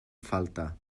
falta